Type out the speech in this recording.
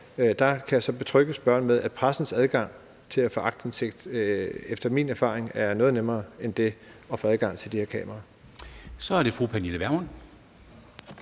kan jeg betrygge spørgeren med, at pressens adgang til at få aktindsigt efter min erfaring er noget nemmere end det at få adgang til de her kameraer. Kl. 13:29 Formanden